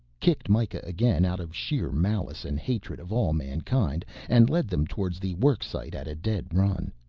kicked mikah again out of sheer malice and hatred of all mankind, and led them towards the worksite at a dead run.